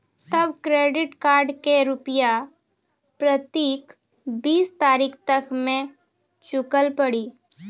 तब credit card के रूपिया प्रतीक बीस तारीख तक मे चुकल पड़ी?